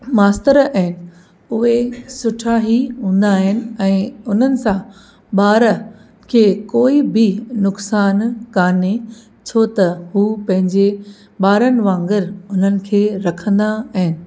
मास्तर आहिनि उहे सुठा ई हूंदा आहिनि ऐं उन्हनि सां ॿार खे कोई बि नुक़सान कोन्हे छो त उहे पंहिंजे ॿारनि वांगुरु उन्हनि खे रखंदा आहिनि